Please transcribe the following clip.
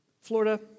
Florida